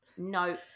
no